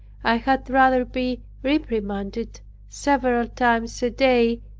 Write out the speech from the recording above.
i had rather be reprimanded several times a day,